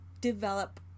Develop